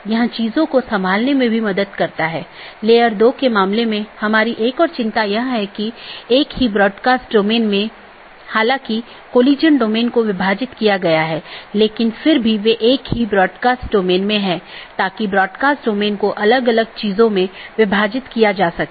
तो इसके लिए कुछ आंतरिक मार्ग प्रोटोकॉल होना चाहिए जो ऑटॉनमस सिस्टम के भीतर इस बात का ध्यान रखेगा और एक बाहरी प्रोटोकॉल होना चाहिए जो इन चीजों के पार जाता है